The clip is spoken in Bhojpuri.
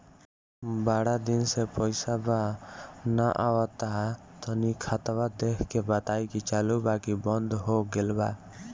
बारा दिन से पैसा बा न आबा ता तनी ख्ताबा देख के बताई की चालु बा की बंद हों गेल बा?